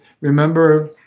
Remember